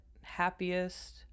happiest